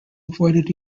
avoided